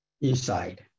inside